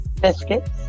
Biscuits